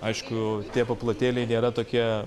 aišku tie paplotėliai nėra tokie